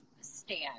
stand